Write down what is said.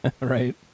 Right